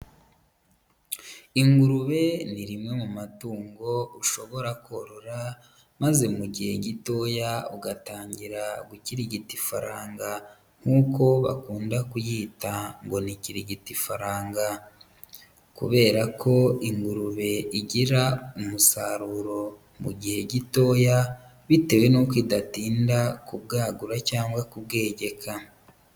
Ingurube ni rimwe mu matungo ushobora korora, maze mu gihe gitoya ugatangira gukirigita ifaranga. Nk'uko bakunda kuyita, ngo kirigitifaranga. Kubera ko ingurube igira umusaruro mu gihe gitoya, bitewe nuko idatinda kubwagura cyangwa kubwegeka.